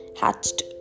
hatched